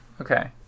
Okay